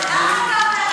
למה אתה אומר את זה?